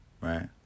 Right